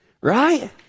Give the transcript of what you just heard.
Right